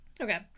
Okay